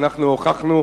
ואנחנו הוכחנו